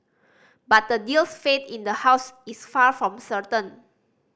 but the deal's fate in the House is far from certain